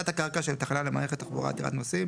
4. תת הקרקע של תחנה למערכת תחבורה עתירת נוסעים.